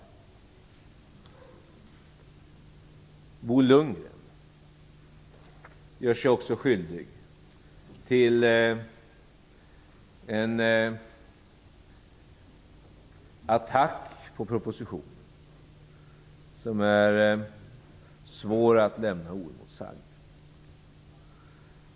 Bo Lundgren gör sig också skyldig till en attack på propositionen som det är svårt att lämna oemotsagd.